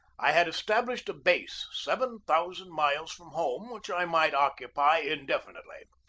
i had established a base seven thousand miles from home which i might occupy in definitely.